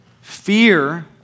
Fear